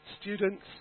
students